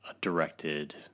directed